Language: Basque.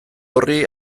horri